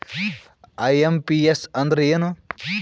IMPS ಅಂದ್ರ ಏನು?